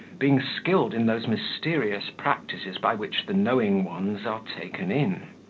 being skilled in those mysterious practices by which the knowing ones are taken in.